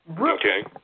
Okay